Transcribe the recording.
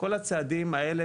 כל הצעדים האלה